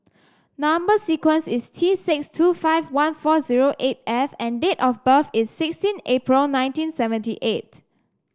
number sequence is T six two five one four zero eight F and date of birth is sixteen April nineteen seventy eight